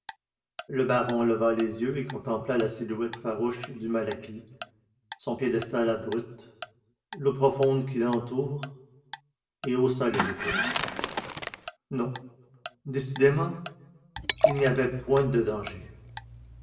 le baron leva les yeux et contempla la silhouette farouche du malaquis son piédestal abrupt l'eau profonde qui l'entoure et haussa les épaules non décidément il n'y avait point de danger